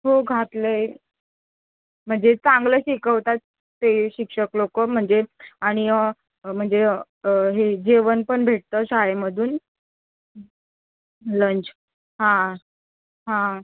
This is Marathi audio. हो घातलं आहे म्हणजे चांगलं शिकवतात ते शिक्षक लोक म्हणजे आणि म्हणजे हे जेवण पण भेटतं शाळेमधून लंच हां हां